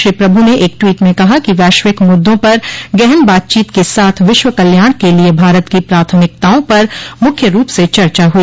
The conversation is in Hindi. श्री प्रभु ने एक ट्वीट में कहा कि वैश्विक मुद्दों पर गहन बातचीत के साथ विश्व कल्याण के लिए भारत की प्राथमिकताओं पर मुख्य रूप से चर्चा हुई